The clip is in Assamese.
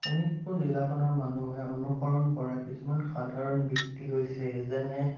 শোণিতপুৰ জিলাৰ মানুহে অনুসৰণ কৰা কিছুমান সাধাৰণ বৃত্তি হৈছে যেনে